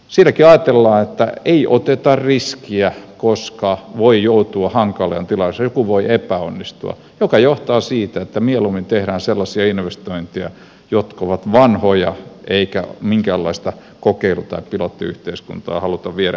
siitäkin ajatellaan että ei oteta riskiä koska voi joutua hankalaan tilanteeseen joku voi epäonnistua mikä johtaa siihen että mieluummin tehdään sellaisia investointeja jotka ovat vanhoja eikä minkäänlaista kokeilu tai pilottiyhteiskuntaa haluta viedä eteenpäin